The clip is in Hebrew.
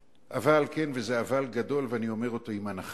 אבל, כן, וזה אבל גדול, ואני אומר אותו עם אנחה,